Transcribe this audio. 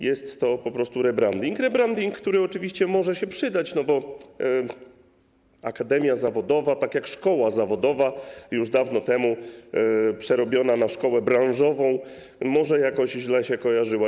Jest to po prostu rebranding, rebranding, który oczywiście może się przydać, bo akademia zawodowa, tak jak szkoła zawodowa, już dawno temu przerobiona na szkołę branżową, może źle się kojarzyć.